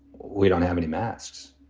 we don't have any masks,